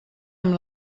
amb